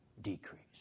decrease